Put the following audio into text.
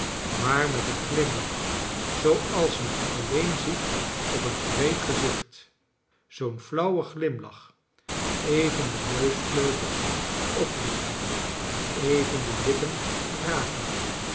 maar met een glimiach zooals men alleen ziet op een wreed gezicht zoo'n flauwen glimiach even de neusvleugels oplichtende even de lippen rakende